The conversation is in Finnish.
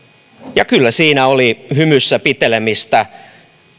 ja kyllä siinä oli hymyssä pitelemistä